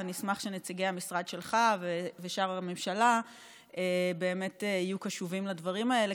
ואני אשמח שנציגי המשרד שלך ושאר הממשלה באמת יהיו קשובים לדברים האלה,